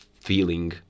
feeling